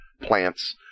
plants